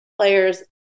players